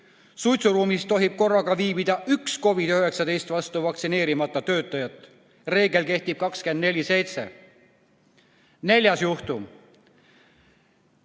"Suitsuruumis tohib korraga viibida üks COVID-19 vastu vaktsineerimata töötaja". Reegel kehtib 24/7. Neljas juhtum.